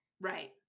Right